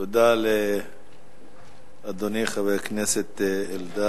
תודה לאדוני חבר הכנסת אלדד.